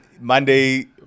Monday